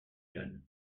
jeunes